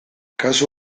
kasu